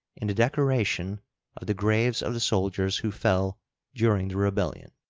in the decoration of the graves of the soldiers who fell during the rebellion.